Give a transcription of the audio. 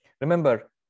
Remember